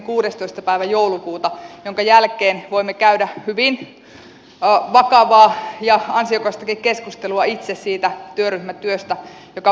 päivä joulukuuta jonka jälkeen voimme käydä hyvin vakavaa ja ansiokastakin keskustelua itse siitä työryhmätyöstä joka on valmistunut